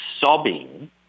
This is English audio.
sobbing